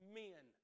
men